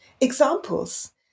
Examples